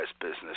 Business